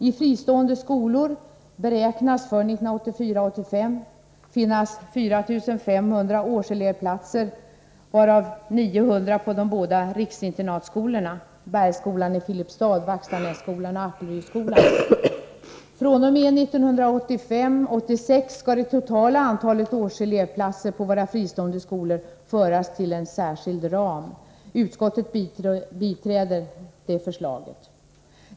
I fristående skolor beräknas för 1984 86 skall det totala antalet årselevplatser på våra fristående skolor föras till en särskild ram. Utskottet biträder detta förslag.